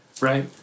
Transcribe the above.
Right